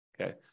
Okay